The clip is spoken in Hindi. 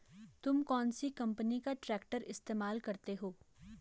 तुम कौनसी कंपनी का ट्रैक्टर इस्तेमाल करते हो?